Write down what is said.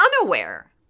unaware